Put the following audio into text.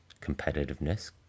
competitiveness